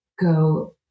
go